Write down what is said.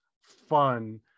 fun